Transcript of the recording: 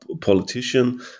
politician